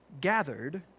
gathered